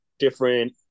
different